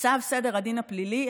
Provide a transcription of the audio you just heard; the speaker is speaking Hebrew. צו סדר הדין הפלילי,